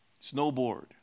Snowboard